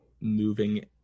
moving